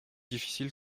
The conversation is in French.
difficile